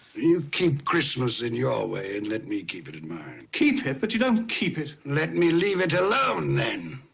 you keep christmas in your way, and let me keep it in mine. keep it? but you don't keep it! let me leave it alone then!